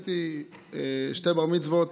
עשיתי שני בר-מצוות